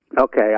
Okay